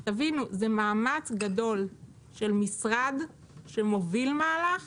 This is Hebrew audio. תבינו, זה מאמץ גדול של משרד שמוביל מהלך